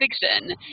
fiction